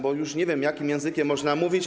Bo już nie wiem, jakim językiem można mówić.